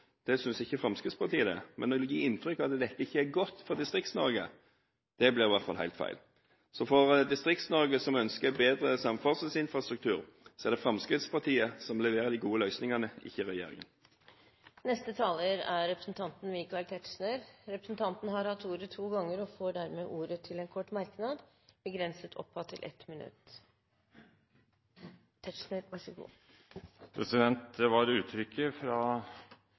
Det synes ikke Fremskrittspartiet. Men når man gir inntrykk av at dette ikke er godt for Distrikts-Norge, blir det i hvert fall helt feil. For et Distrikts-Norge som ønsker bedre samferdselsinfrastruktur, er det Fremskrittspartiet som leverer de gode løsningene, ikke regjeringen. Representanten Michael Tetzschner har hatt ordet to ganger tidligere i debatten og får ordet til en kort merknad, begrenset til 1 minutt. Landets ordførere kan merke seg uttrykket fra